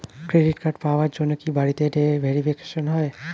Credit card পাওয়ার জন্য কি বাড়িতে ভেরিফিকেশন হয়?